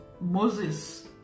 Moses